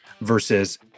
versus